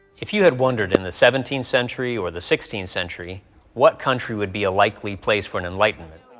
if you had wondered in the seventeenth century or the sixteenth century what country would be a likely place for an enlightenment,